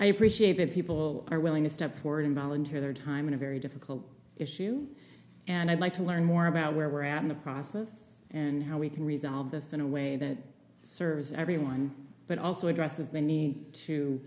i appreciate that people are willing to step forward and volunteer their time in a very difficult issue and i'd like to learn more about where we're at in the process and how we can resolve this in a way that serves everyone but also addresses